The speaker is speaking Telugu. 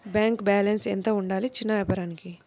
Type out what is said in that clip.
బ్యాంకు బాలన్స్ ఎంత ఉండాలి చిన్న వ్యాపారానికి?